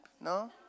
No